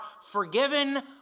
forgiven